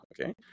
Okay